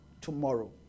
tomorrow